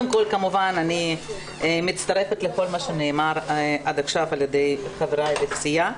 אני מצטרפת לכל מה שנאמר על ידי חבריי לסיעה.